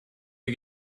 you